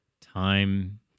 time